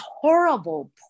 horrible